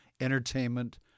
entertainment